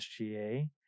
SGA